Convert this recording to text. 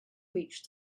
reached